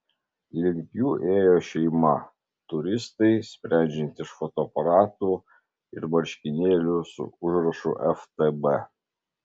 link jų ėjo šeima turistai sprendžiant iš fotoaparatų ir marškinėlių su užrašu ftb